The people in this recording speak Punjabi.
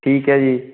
ਠੀਕ ਹੈ ਜੀ